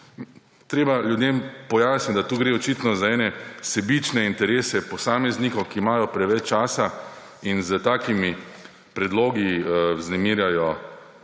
Treba je ljudem pojasniti, da tu gre očitno za ene sebične interese posameznikov, ki imajo preveč časa in s takimi predlogi vznemirjajo